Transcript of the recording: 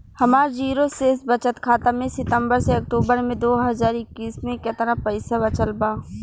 हमार जीरो शेष बचत खाता में सितंबर से अक्तूबर में दो हज़ार इक्कीस में केतना पइसा बचल बा?